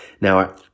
Now